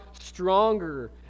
stronger